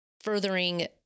furthering